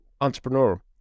entrepreneur